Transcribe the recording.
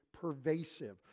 pervasive